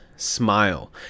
smile